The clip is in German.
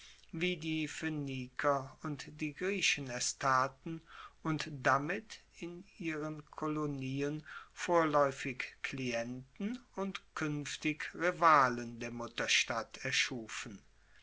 wie die phoeniker und die griechen es taten und damit in ihren kolonien vorlaeufig klienten und kuenftige rivalen der mutterstadt erschufen